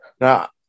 Now